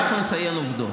רק מציין עובדות.